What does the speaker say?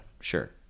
sure